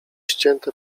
ścięte